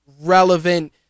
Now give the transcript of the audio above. relevant